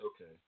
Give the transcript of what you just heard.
Okay